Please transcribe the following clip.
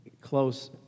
close